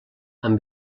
amb